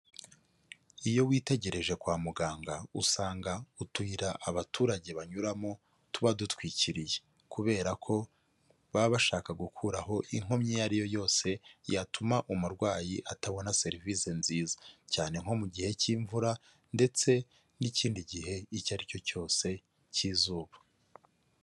Iyo witegereje kwa muganga usanga utuyira abaturage banyuramo tubadutwikiriye, kubera ko baba bashaka gukuraho inkomyi iyo ari yo yose yatuma umurwayi atabona serivisi nziza, cyane nko mu gihe cy'imvura ndetse n'ikindi gihe icyo aricyo cyose cy'izuba.